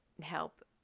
help